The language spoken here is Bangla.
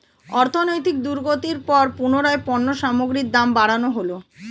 অর্থনৈতিক দুর্গতির পর পুনরায় পণ্য সামগ্রীর দাম বাড়ানো হলো